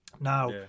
Now